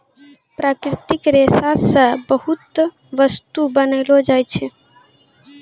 प्राकृतिक रेशा से बहुते बस्तु बनैलो जाय छै